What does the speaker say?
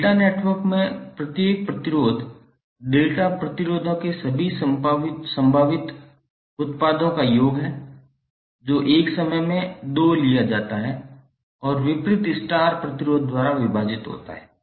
delta network में प्रत्येक प्रतिरोध डेल्टा प्रतिरोधों के सभी संभावित उत्पादों का योग है जो एक समय में 2 लिया जाता है और विपरीत स्टार प्रतिरोध द्वारा विभाजित होता है